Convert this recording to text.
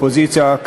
אופוזיציה,